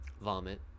vomit